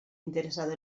interesado